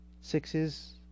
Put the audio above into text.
Sixes